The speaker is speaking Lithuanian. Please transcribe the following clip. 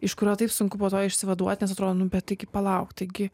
iš kurio taip sunku po to išsivaduot nes atrodo nu bet taigi palauk taigi